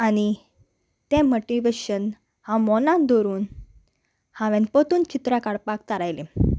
आनी तें मोटिवेशन हांव मोनान दवरून हांवें परतून चित्रां काडपाक थारायलें